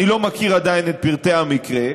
אני לא מכיר עדיין את פרטי המקרה,